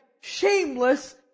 shameless